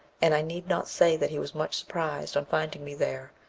and i need not say that he was much surprised on finding me there,